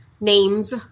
names